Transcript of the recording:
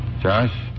Josh